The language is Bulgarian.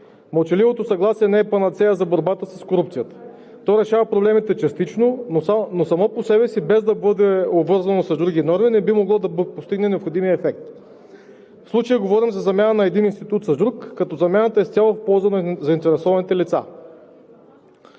Мълчаливото съгласие не е панацея за борбата с корупцията. То решава проблемите частично, но само по себе си, без да бъде обвързано с други норми, не би могло да постигне необходимия ефект. В случая говорим за замяна на един институт с друг, като замяната е изцяло в полза на заинтересованите лица.